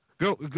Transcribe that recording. Go